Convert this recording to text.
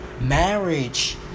Marriage